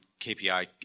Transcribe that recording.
kpi